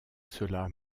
cela